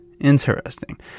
Interesting